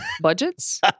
Budgets